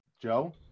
Joe